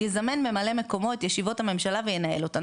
יזמן ממלא מקומו את ישיבות הממשלה וינהל אותן,